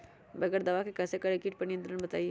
बगैर दवा के कैसे करें कीट पर नियंत्रण बताइए?